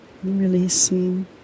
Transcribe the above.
releasing